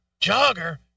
jogger